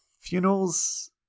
Funerals